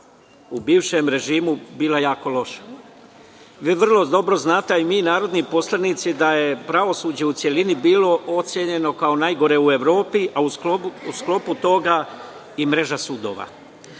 u bivšem režimu bila jako loša. Vrlo dobro znate, a i mi narodni poslanici, da je pravosuđe u celini bilo ocenjeno kao najgore u Evropi, a u sklopu toga i mreža sudova.